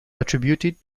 attributed